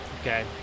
Okay